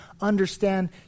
understand